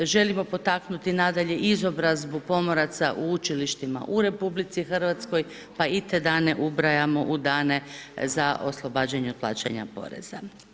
Želimo potaknuti nadalje izobrazbu pomoraca u učilištima u RH, pa i te dane ubrajamo u dane za oslobađanje od plaćanja poreza.